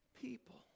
people